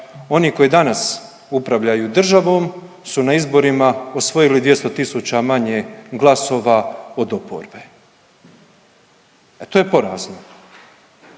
oni koji danas upravljaju državom su na izborima osvojili 200 tisuća manje glasova od oporbe. E to je porazno.